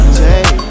take